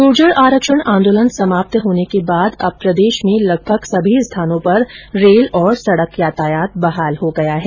गूर्जर आरक्षण आंदोलन समाप्त होने के बाद अब प्रदेश में लगभग समी स्थानों पर रेल और सड़क ्यातायात बहाल हो गया है